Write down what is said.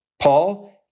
Paul